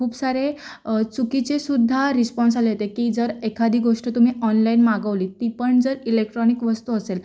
खूप सारे चुकीचे सुद्धा रिस्पॉन्स आले होते की जर एखादी गोष्ट तुम्ही ऑनलाईन मागवली ती पण जर इलेक्ट्रॉनिक वस्तू असेल